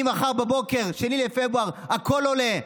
ממחר בבוקר, 2 בפברואר, הכול עולה.